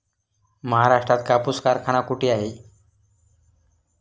महाराष्ट्रात कापूस कारखाना कुठे आहे?